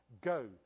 go